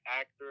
actor